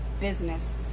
business